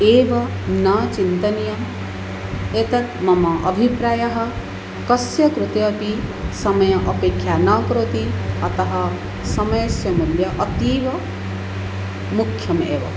एवं न चिन्तनीयम् एतत् मम अभिप्रायः कस्य कृते अपि समयः अपेक्षां न करोति अतः समयस्य मूल्यम् अतीव मुख्यम् एव